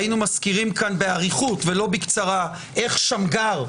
היינו מזכירים כאן באריכות ולא בקצרה איך שמגר,